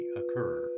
occur